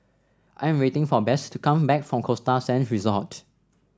I am waiting for Besse to come back from Costa Sands Resort